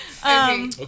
Okay